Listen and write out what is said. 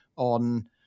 On